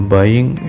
Buying